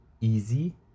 easy